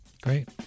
Great